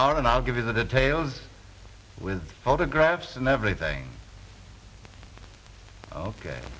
hour and i'll give you the details with photographs and everything ok